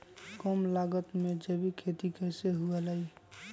कम लागत में जैविक खेती कैसे हुआ लाई?